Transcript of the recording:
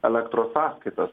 elektros sąskaitas